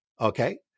Okay